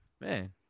man